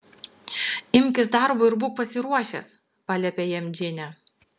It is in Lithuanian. imkis darbo ir būk pasiruošęs paliepė jam džinė